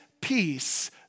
peace